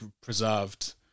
preserved